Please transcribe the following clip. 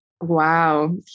Wow